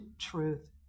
truth